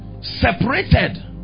separated